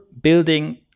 building